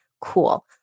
Cool